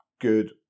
good